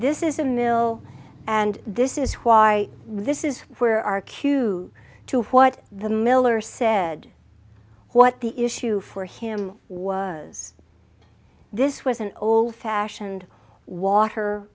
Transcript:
this is a mill and this is why this is where our cue to what the miller said what the issue for him was this was an old fashioned water